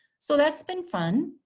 so that's been fun,